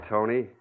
Tony